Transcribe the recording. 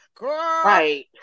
Right